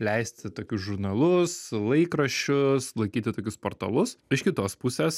leisti tokius žurnalus laikraščius laikyti tokius portalus iš kitos pusės